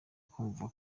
kumva